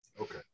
Okay